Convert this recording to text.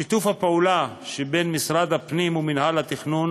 שיתוף הפעולה בין משרד הפנים ומינהל התכנון